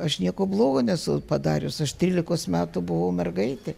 aš nieko blogo nesu padarius aš trylikos metų buvau mergaitė